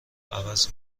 عوض